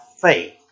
faith